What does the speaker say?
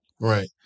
Right